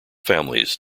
families